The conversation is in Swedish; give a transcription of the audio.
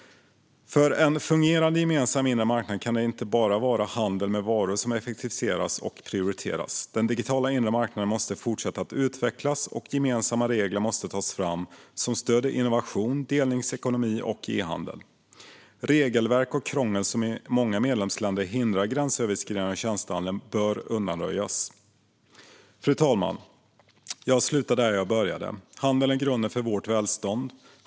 För en fungerande gemensam inre marknad kan det inte bara vara handel med varor som effektiviseras och prioriteras. Den digitala inre marknaden måste fortsätta att utvecklas, och gemensamma regler måste tas fram som stöder innovation, delningsekonomi och e-handel. Regelverk och krångel, som i många medlemsländer hindrar gränsöverskridande tjänstehandel, bör undanröjas. Fru talman! Jag slutar där jag började. Handel är grunden för vårt välstånd.